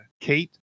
Kate